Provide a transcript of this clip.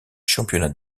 championnats